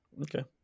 Okay